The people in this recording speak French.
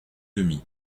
demie